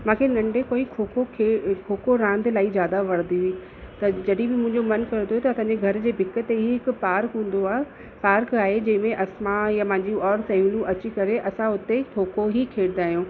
मांखे नंढे खां ई खो खो खे खो खो रांदि इलाही ज़्यादा वणंदी हुई त जॾहिं बि मुंहिंजो मनु कंदो हुओ त असांजे घर जे धिक ते ई हिकु पार्क हूंदो आहे पार्क आहे जंहिं में असां और मांजियूं और सहेलियूं अची करे असां उते खो खो ही खेॾंदा आहियूं